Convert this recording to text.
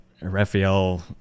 Raphael